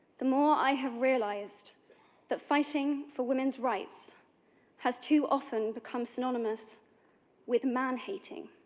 the more i have realized that fighting for women's rights has too often become synonymous with man hating.